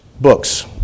books